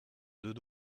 deux